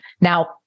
Now